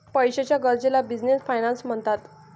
पैशाच्या गरजेला business finance म्हणतात